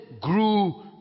grew